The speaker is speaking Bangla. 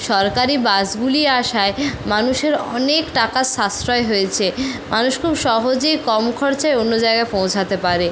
সরকারি বাসগুলি আসায় মানুষের অনেক টাকার সাশ্রয় হয়েছে মানুষ খুব সহজে কম খরচায় অন্য জায়গায় পৌঁছতে পারে